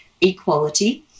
equality